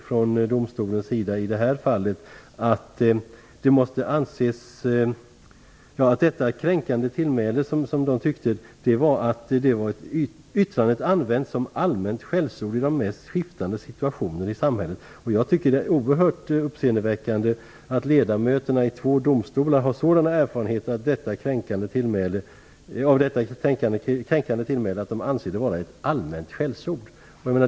Från domstolens sida sade man i detta fall att det kränkande tillmälet var ett yttrande som används som allmänt skällsord i de mest skiftande situationer i samhället. Det är oerhört uppsendeväckande att ledamöterna i två domstolar har sådana erfarenheter av detta kränkande tillmäle att de anser det vara ett allmänt skällsord.